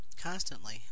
constantly